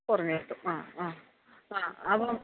കുറഞ്ഞുകിട്ടും ആ ആ ആ അപ്പോള്